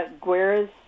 Guerra's